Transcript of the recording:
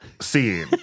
scene